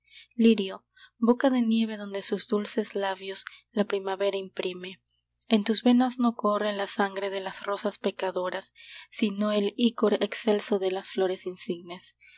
lirio boca de nieve donde sus dulces labios la primavera imprime en tus venas no corre la sangre de las rosas pecadoras sino el ícor excelso de las flores insignes